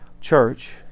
church